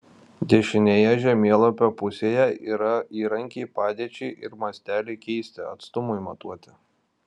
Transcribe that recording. dešinėje žemėlapio pusėje yra įrankiai padėčiai ir masteliui keisti atstumui matuoti